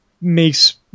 makes